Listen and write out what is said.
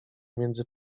między